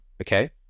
Okay